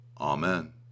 Amen